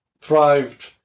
thrived